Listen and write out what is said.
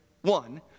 One